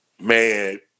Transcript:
Man